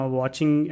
watching